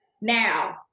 now